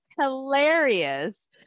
hilarious